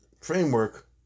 framework